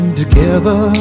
together